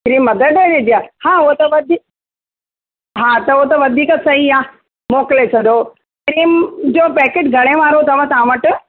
cream mother dairy जी आहे हा उहो त वधीक हा त उहो त वधीक सही आहे मोकिले छॾो क्रीम जो पैकेट घणे वारो अथव तव्हां वटि